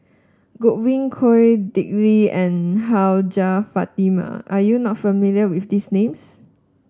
Godwin Koay Dick Lee and Hajjah Fatimah are you not familiar with these names